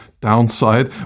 downside